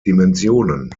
dimensionen